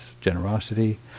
generosity